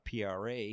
PRA